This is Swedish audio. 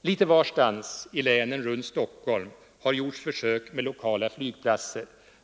Litet varstans i länen runt Stockholm har gjorts försök med lokala flygplatser.